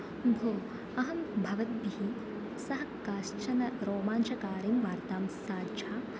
भोः अहं भवद्भिः सह काश्चन रोमाञ्चकार्यं वार्तां साक्षात्